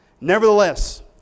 Nevertheless